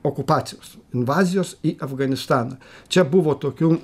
okupacijos invazijos į afganistaną čia buvo tokių